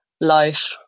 life